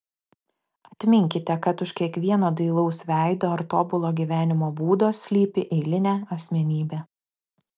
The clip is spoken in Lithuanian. atminkite kad už kiekvieno dailaus veido ar tobulo gyvenimo būdo slypi eilinė asmenybė